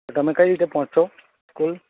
તમે કઈ રીતે પહોંચશો સ્કૂલ